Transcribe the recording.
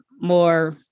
more